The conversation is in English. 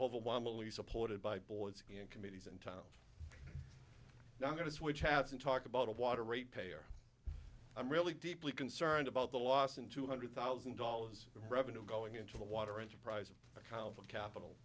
overwhelmingly supported by boards and committees in town i'm going to switch hats and talk about a water rate payer i'm really deeply concerned about the loss in two hundred thousand dollars of revenue going into the water enterprise account of capital